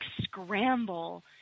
scramble